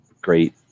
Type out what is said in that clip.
great